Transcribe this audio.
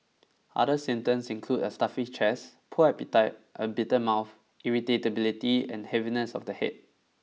other symptoms include a stuffy chest poor appetite a bitter mouth irritability and heaviness of the head